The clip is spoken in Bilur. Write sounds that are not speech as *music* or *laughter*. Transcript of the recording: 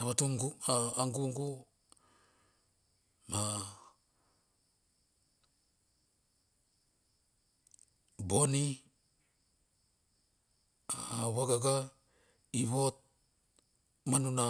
A vatung *hesitation* a gugu, ma bonnie wawaga, i vot manuna